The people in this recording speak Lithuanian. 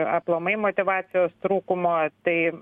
aplamai motyvacijos trūkumo tai